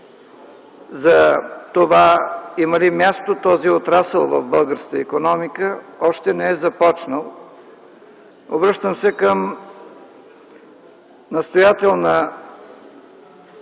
за това има ли място този отрасъл в българската икономика, още не е започнал. Обръщам се с настоятелна